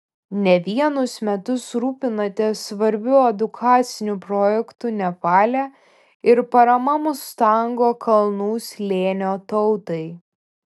ne vienus metus rūpinatės svarbiu edukaciniu projektu nepale ir parama mustango kalnų slėnio tautai